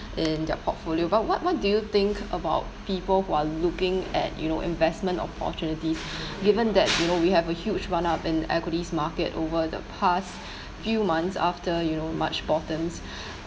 in their portfolio but what what do you think about people who are looking at you know investment opportunities given that you know we have a huge runner-up in equities market over the past few months after you know